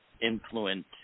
influence